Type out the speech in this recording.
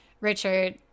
Richard